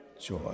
Joy